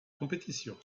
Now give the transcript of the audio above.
compétition